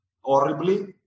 horribly